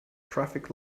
traffic